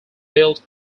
built